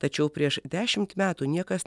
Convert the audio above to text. tačiau prieš dešimt metų niekas